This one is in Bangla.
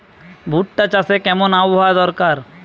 ভুট্টা চাষে কেমন আবহাওয়া দরকার?